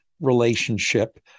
relationship